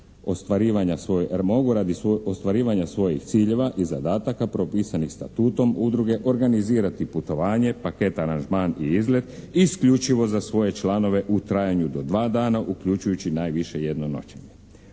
ostvarivanja, mogu radi ostvarivanja svojih ciljeva i zadataka propisanih statutom udruge organizirati putovanje, paket aranžman i izlet isključivo za svoje članove u trajanju do dva dana uključujući najviše jedno noćenje.